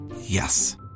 Yes